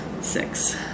Six